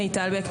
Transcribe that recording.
מיטל בק,